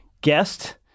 guest